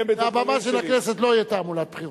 מהבמה של הכנסת לא תהיה תעמולת בחירות.